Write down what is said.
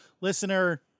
listener